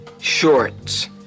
shorts